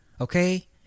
okay